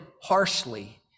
harshly